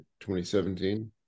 2017